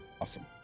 awesome